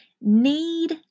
need